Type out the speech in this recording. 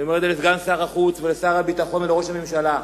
אני אומר את זה לסגן שר החוץ ולשר הביטחון ולראש הממשלה,